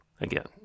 Again